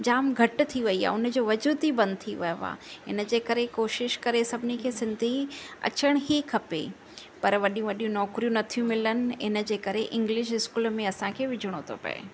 जाम घटि थी वई आहे उन जो वजूदु ई बंदि थी वयो आहे इन जे करे कोशिशि करे सभिनी खे सिंधी अचण ई खपे पर वॾियूं वॾियूं नौकिरियूं नथियूं मिलनि इन जे करे इंग्लिश स्कूल में असांखे विझिणो थो पए